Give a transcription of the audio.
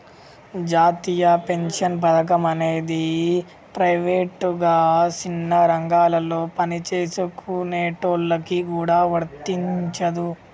జాతీయ పెన్షన్ పథకం అనేది ప్రైవేటుగా సిన్న రంగాలలో పనిచేసుకునేటోళ్ళకి గూడా వర్తించదు